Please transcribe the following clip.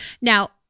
Now